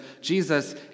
Jesus